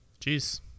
Jeez